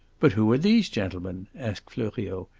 but who are these gentlemen? asked fleuriot,